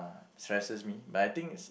stresses me but I think